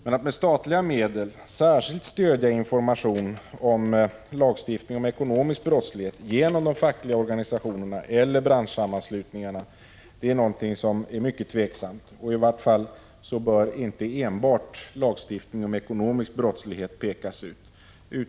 Men att med statliga medel särskilt stödja information om lagstiftning och ekonomisk brottslighet genom de fackliga organisationerna eller branschsammanslutningarna är någonting mycket tvivelaktigt. I varje fall bör inte enbart lagstiftning om ekonomisk brottslighet pekas ut.